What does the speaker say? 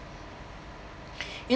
you